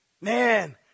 Man